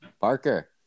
Parker